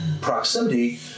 proximity